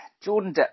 Jordan